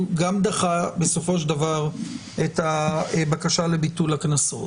הוא גם דחה בסופו של דבר את הבקשה לביטול הקנסות,